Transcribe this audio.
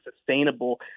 sustainable